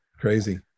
Crazy